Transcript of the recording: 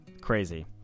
Crazy